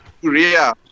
Korea